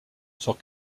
sur